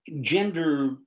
gender